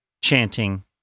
chanting